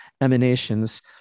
emanations